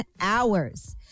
hours